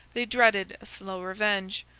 they dreaded a slow revenge,